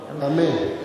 אמן.